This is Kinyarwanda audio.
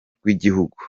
rw’igihugu